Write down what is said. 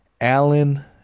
Alan